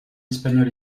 espagnol